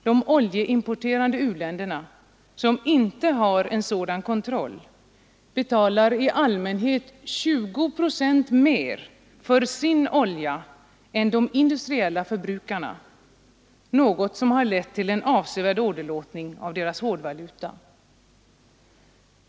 De oljeimporterande u-länderna, som inte har en sådan kontroll, betalar i allmänhet 20 procent mer för sin olja än de industriella förbrukarna, något som har lett till en avsevärd åderlåtning av deras hårdvaluta.